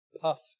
puff